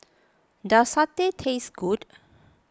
does Satay taste good